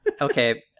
Okay